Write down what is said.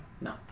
No